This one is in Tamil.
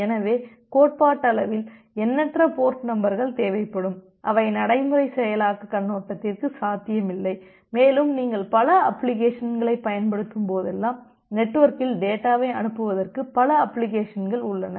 எனவே கோட்பாட்டளவில் எண்ணற்ற போர்ட் நம்பர்கள் தேவைப்படும் அவை நடைமுறைச் செயலாக்கக் கண்ணோட்டத்திற்கு சாத்தியமில்லை மேலும் நீங்கள் பல அப்ளிகேஷன்களைப் பயன்படுத்தும்போதெல்லாம் நெட்வொர்க்கில் டேட்டாவை அனுப்புவதற்கு பல அப்ளிகேஷன்கள் உள்ளன